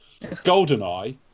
GoldenEye